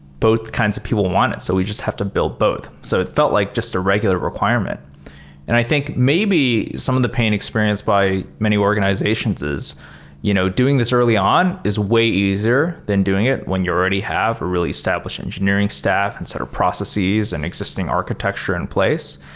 both kinds of people want it. so we just have to build both. so it felt like just a regular requirement, and i think maybe some of the pain experienced by many organizations is you know doing this early on is way easier than doing it when you already have a really established engineering staff and set of processes and existing architecture in place.